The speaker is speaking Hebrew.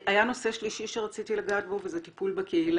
היה נושא שלישי שרציתי לגעת בו וזה טיפול בקהילה,